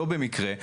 לא במקרה,